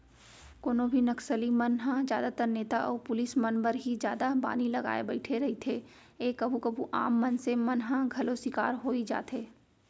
कोनो भी नक्सली मन ह जादातर नेता अउ पुलिस मन बर ही जादा बानी लगाय बइठे रहिथे ए कभू कभू आम मनसे मन ह घलौ सिकार होई जाथे